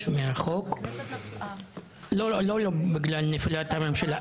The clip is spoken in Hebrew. לא בגלל נפילת הממשלה,